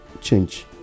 change